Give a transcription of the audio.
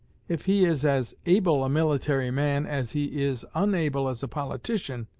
if he is as able a military man as he is unable as a politician,